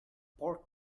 pork